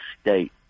state